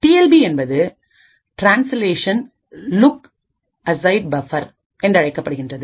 D L B என்பது translation lookaside buffer என்றழைக்கப்படுகின்றது